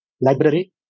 Library